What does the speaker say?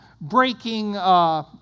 breaking